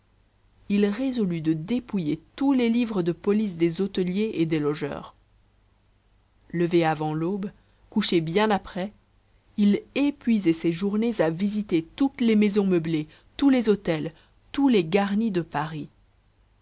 il résolut de dépouiller tous les livres de police des hôteliers et des logeurs levé avant l'aube couché bien après il épuisait ses journées à visiter toutes les maisons meublées tous les hôtels tous les garnis de paris